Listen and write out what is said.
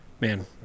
man